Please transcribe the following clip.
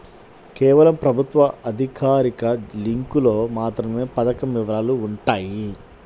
కేవలం ప్రభుత్వ అధికారిక లింకులో మాత్రమే పథకం వివరాలు వుంటయ్యి